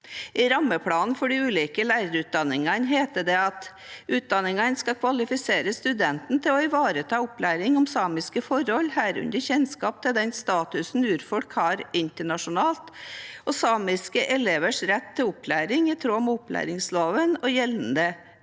I rammeplanen for de ulike lærerutdanningene heter det at utdanningen «skal kvalifisere studentene til å ivareta opplæring om samiske forhold, herunder kjennskap til den statusen urfolk har internasjonalt, og samiske elevers rett til opplæring i tråd med opplæringsloven og gjeldende